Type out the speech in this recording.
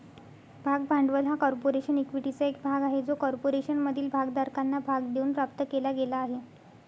भाग भांडवल हा कॉर्पोरेशन इक्विटीचा एक भाग आहे जो कॉर्पोरेशनमधील भागधारकांना भाग देऊन प्राप्त केला गेला आहे